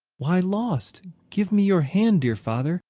why lost? give me your hand, dear father,